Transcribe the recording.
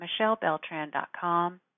michellebeltran.com